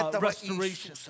restoration